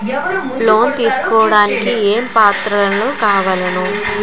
Loan తీసుకోడానికి ఏమేం పత్రాలు కావలెను?